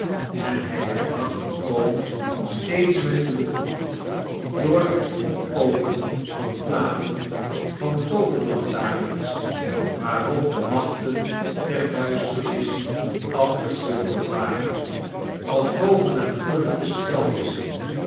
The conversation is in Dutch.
en hij herdacht dien koop steeds met genoegen door het opkoopen van platen van tooverlantaarns waarop de machten der duisternis afgeschilderd waren als bovennatuurlijke